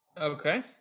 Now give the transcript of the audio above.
Okay